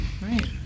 Right